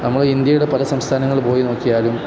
നമ്മൾ ഇന്ത്യയുടെ പല സംസ്ഥാനങ്ങൾ പോയി നോക്കിയാലും